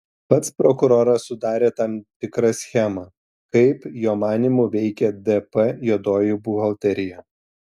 pats prokuroras sudarė tam tikrą schemą kaip jo manymu veikė dp juodoji buhalterija